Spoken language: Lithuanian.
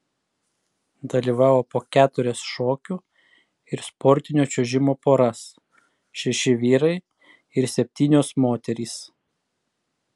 dalyvavo po keturias šokių ir sportinio čiuožimo poras šeši vyrai ir septynios moterys